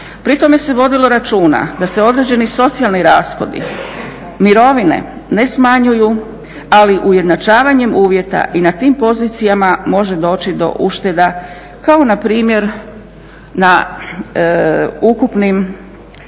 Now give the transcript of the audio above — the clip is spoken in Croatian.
Pri tome se vodilo računa da se određeni socijalni rashodi, mirovine, ne smanjuju ali ujednačavanjem uvjeta i na tim pozicijama može doći do ušteda kao npr. na ukupnim